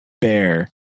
Bear